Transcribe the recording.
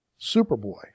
Superboy